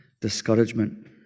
discouragement